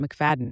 McFadden